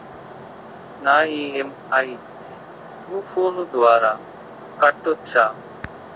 నా ఇ.ఎం.ఐ ను ఫోను ద్వారా కట్టొచ్చా?